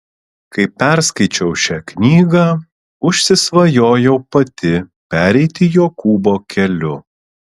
kai perskaičiau šią knygą užsisvajojau pati pereiti jokūbo keliu